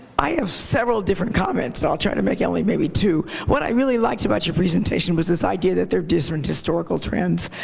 i have several different comments, and i'll try to make only maybe two. what i really liked about your presentation was this idea that they're different historical trends.